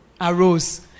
arose